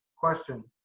question,